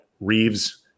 Reeves